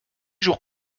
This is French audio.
jours